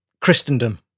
Christendom